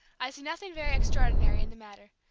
i see nothing very extraordinary in the matter.